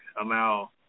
allow